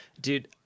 Dude